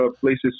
places